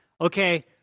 okay